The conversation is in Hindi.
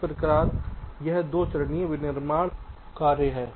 इस प्रकार यह दो चरणीय विनिर्माण कार्य है